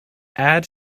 add